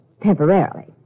Temporarily